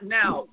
now